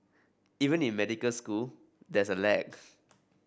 even in medical school there's a lag